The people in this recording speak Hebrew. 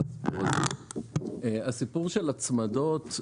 לגבי הסיפור של הצמדות,